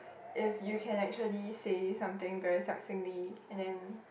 if you can actually say something very succinctly and then